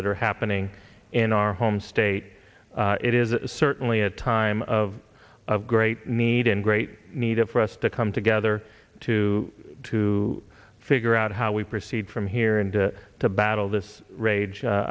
that are happening in our home state it is certainly a time of great need and great need for us to come together to to figure out how we proceed from here and to battle this rage